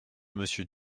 monsieur